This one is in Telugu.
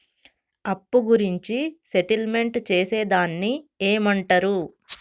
అప్పు గురించి సెటిల్మెంట్ చేసేదాన్ని ఏమంటరు?